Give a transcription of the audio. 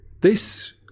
This